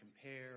compare